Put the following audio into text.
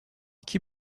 iki